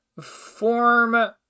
form